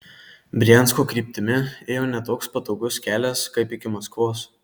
briansko kryptimi ėjo ne toks patogus kelias kaip iki maskvos